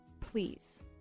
please